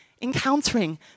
encountering